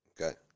okay